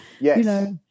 Yes